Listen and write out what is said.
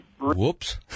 Whoops